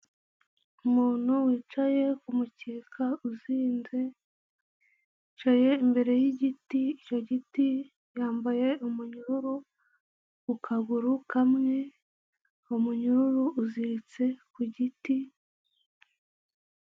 Umuntu wicaye kumukeka uzinze, yicaye imbere y'igiti icyo giti, yambaye umunyururu ku kaguru kamwe, umunyururu uziritse ku giti.